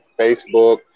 Facebook